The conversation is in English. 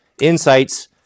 Insights